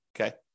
Okay